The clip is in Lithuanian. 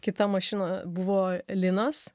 kita mašina buvo linos